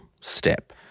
step